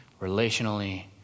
relationally